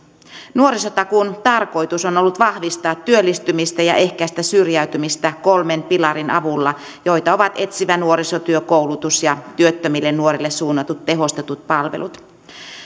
nuorisotakuun tarkoitus on ollut vahvistaa työllistymistä ja ehkäistä syrjäytymistä kolmen pilarin avulla joita ovat etsivä nuorisotyö koulutus ja työttömille nuorille suunnatut tehostetut palvelut